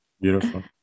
Beautiful